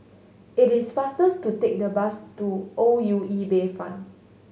it is faster to take the bus to O U E Bayfront